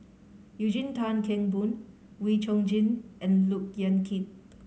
Eugene Tan Kheng Boon Wee Chong Jin and Look Yan Kit